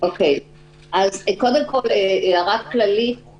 קודם כול, הערה כללית.